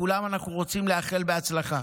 לכולם אנחנו רוצים לאחל בהצלחה.